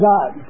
God